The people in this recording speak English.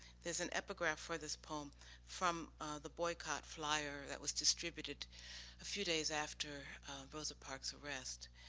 there's an epigraph for this poem from the boycott flier that was distributed a few days after rose park's arrest.